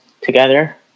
together